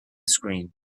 screen